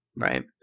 Right